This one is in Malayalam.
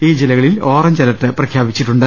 ഈ ജില്ലകളിൽ ഓറഞ്ച് അലർട്ട് പ്രഖ്യാപിച്ചിട്ടുണ്ട്